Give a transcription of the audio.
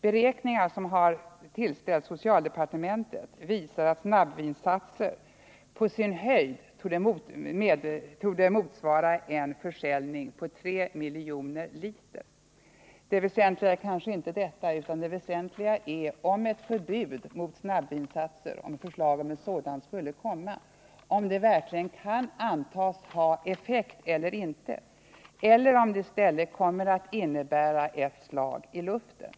Beräkningar som har tillställts socialdepartementet visar att försäljningen av snabbvinsatserna torde motsvara en tillverkning av på sin höjd 3 miljoner liter. Det väsentliga är kanske inte detta utan om ett förbud mot snabbvinsatser verkligen kan antas ha effekt eller om det i stället kommer att innebära ett slagiluften.